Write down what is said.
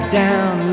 down